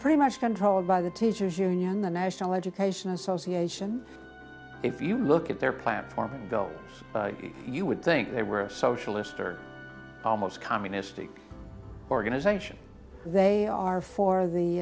pretty much controlled by the teachers union the national education association if you look at their platform you would think they were a socialist or almost communistic organization they are for the